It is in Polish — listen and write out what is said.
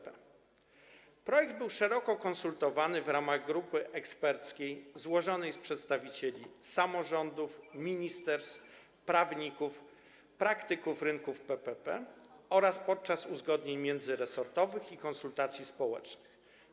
Projekt był szeroko konsultowany w ramach grupy eksperckiej złożonej z przedstawicieli samorządów, ministerstw, prawników, praktyków rynków PPP oraz podczas uzgodnień międzyresortowych i konsultacji społecznych.